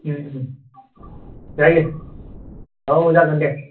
जायो औ जागोन दे